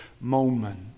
moment